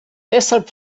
deshalb